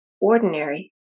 ordinary